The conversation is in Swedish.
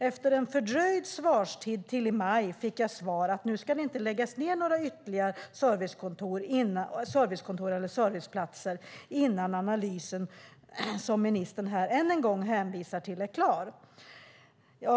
Efter en fördröjd svarstid fick jag i maj svaret att det inte ska läggas ned några ytterligare servicekontor eller serviceplatser innan analysen, som ministern nu ännu en gång hänvisar till, är klar.